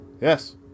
yes